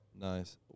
Nice